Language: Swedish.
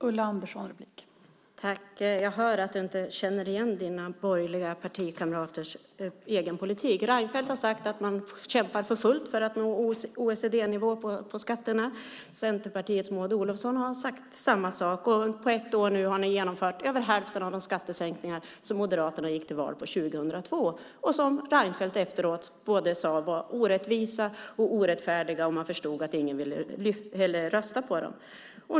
Fru talman! Jag hör att du inte känner igen dina borgerliga partikamraters egen politik. Reinfeldt har sagt att man kämpar för fullt för att nå OECD-nivå på skatterna. Centerpartiets Maud Olofsson har sagt samma sak. Och på ett år har ni nu genomfört över hälften av de skattesänkningar som Moderaterna gick till val på 2002. Reinfeldt sade efteråt att de var både orättvisa och orättfärdiga och att han förstod att ingen vill rösta på dem.